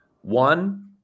One